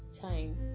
time